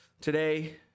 Today